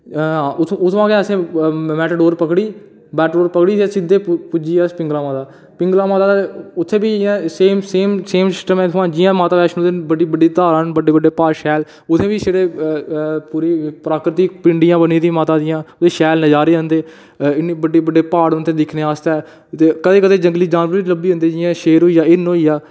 उत्थुआं गै आसें मैटाडोर पकड़ी मैटाडोर पकड़ी ते सिद्धे पुज्जी गे अस पिंघला माता पिंघला माता उत्थै बी इ'यां गै सेम सेम सेम सिस्टम ऐ माता बैश्णो देवी माता दे बड़ी बड़ियां धारां न बड़े बड़े प्हाड़ न शैल उत्थै बी छड़े पूरी प्राकृत पिंड़ियां बनी दियां माता दियां शैल नजारे औंदे इन्ने बड़े बड़े प्हाड़ न दिक्खने आस्तै कदें कदें जंगली जानवर बी लब्भी जंदे जियां शेर होइया हिरन होइया